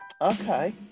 okay